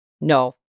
No